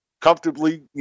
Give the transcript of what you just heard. comfortably